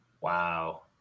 Wow